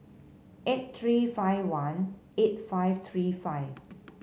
eight three five one eight five three five